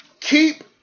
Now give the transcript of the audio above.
Keep